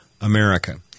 America